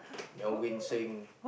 Melvin-Singh